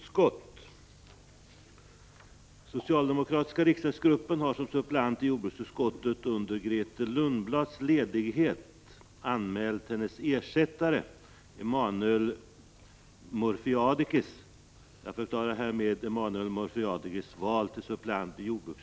Socialdemokratiska riksdagsgruppen har som suppleant i jordbruksutskottet under Grethe Lundblads ledighet anmält hennes ersättare Emmanuel Morfiadakis.